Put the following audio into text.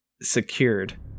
secured